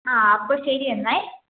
ആ അപ്പോൾ ശരിയെന്നേ